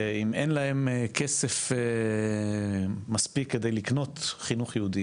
אם אין להם כסף מספיק כדי לקנות חינוך יהודי,